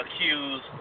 accused